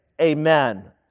amen